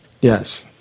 yes